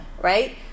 right